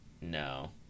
no